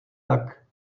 tak